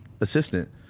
Assistant